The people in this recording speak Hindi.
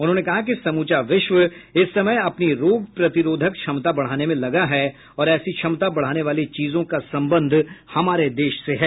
उन्होंने कहा कि समूचा विश्व इस समय अपनी रोग प्रतिरोधक क्षमता बढ़ाने में लगा है और ऐसी क्षमता बढाने वाली चीजों का सम्बन्ध हमारे देश से है